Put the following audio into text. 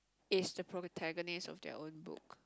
is the protagonist of their own book